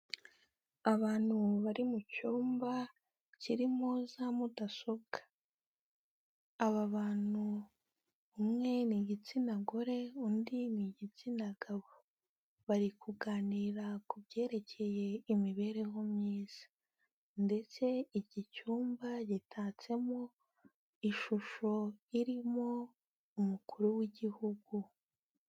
Abantu bari mu cyumba kirimo za mudasobwa, aba bantu umwe ni igitsina gore, undi ni igitsina gabo bari kuganira ku byerekeye imibereho myiza ndetse iki cyumba gitatsemo ishusho irimo umukuru w'igihugu.